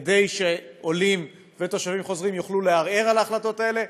כדי שעולים ותושבים חוזרים יוכלו לערער על ההחלטות האלה.